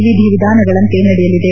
ವಿಧಿವಿಧಾನಗಳಂತೆ ನಡೆಯಲಿದೆ